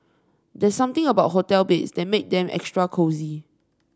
there's something about hotel beds that make them extra cosy